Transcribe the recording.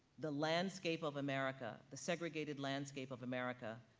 the landscape of america, the segregated landscape of america,